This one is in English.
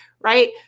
right